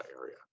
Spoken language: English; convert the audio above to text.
area